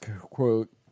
quote